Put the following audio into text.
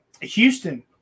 Houston